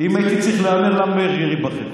אם הייתי צריך להמר, למברגר ייבחר.